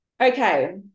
Okay